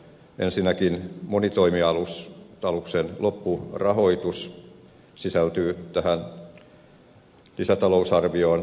ensinnäkin monitoimialuksen loppurahoitus sisältyy tähän lisätalousarvioon